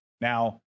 Now